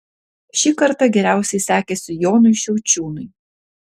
šį kartą geriausiai sekėsi jonui šiaučiūnui